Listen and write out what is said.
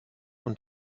und